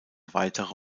weitere